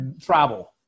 travel